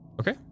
Okay